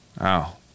Wow